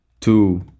two